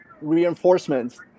reinforcements